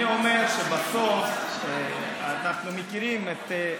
אני אומר שבסוף אנחנו מכירים את,